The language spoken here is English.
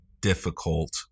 difficult